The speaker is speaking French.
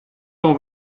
t’en